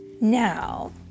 Now